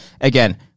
Again